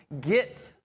get